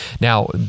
Now